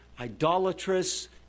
idolatrous